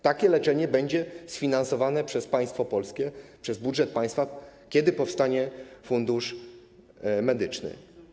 Takie leczenie będzie sfinansowane przez państwo polskie, przez budżet państwa, kiedy powstanie Fundusz Medyczny.